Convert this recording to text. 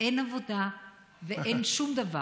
אין עבודה ואין שום דבר.